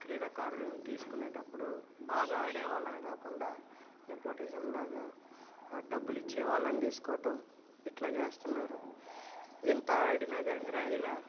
క్రీడాకారులని తీసుకునేటప్పుడు బాగా ఆడేవాళ్ళని కాకుండా నెపోటిజమ్ లాగా డబ్బులిచ్చే వాళ్ళని తీసుకోటం ఇలా చేస్తన్నారు ఎంత ఆడినా కానీ రా ఇలా